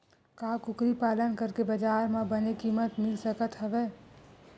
का कुकरी पालन करके बजार म बने किमत मिल सकत हवय?